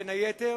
בין היתר